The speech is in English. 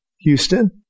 Houston